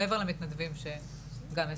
מעבר למתנדבים שגם מסייעים.